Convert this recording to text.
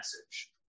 message